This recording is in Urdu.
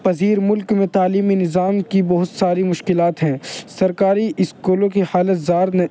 پذیر ملک میں تعلیمی نظام کی بہت ساری مشکلات ہیں سرکاری اسکولوں کی حالت زار نے